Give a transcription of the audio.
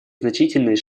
значительный